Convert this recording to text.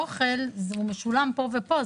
אבל אוכל הוא משולם פה ופה.